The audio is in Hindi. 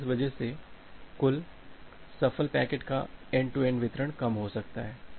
तो इस वजह से कुल सफल पैकेट का एन्ड टू एन्ड वितरण कम हो सकता है